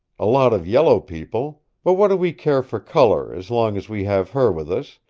a lot of yellow people. but what do we care for color as long as we have her with us?